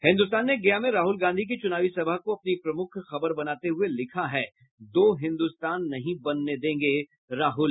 हिन्दुस्तान ने गया में राहुल गांधी की चुनावी सभा को अपनी प्रमुख खबर बनाते हुये लिखा है दो हिन्दुस्तान नहीं बनने देंगे राहुल